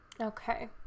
Okay